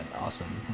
awesome